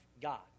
God